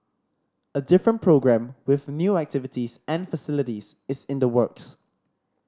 a different programme with new activities and facilities is in the works